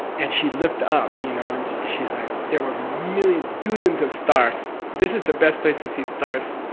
and she looked up, you know? and she's like. there were millions, billions of stars! this is the best place to see stars,